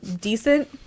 decent